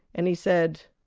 and he said,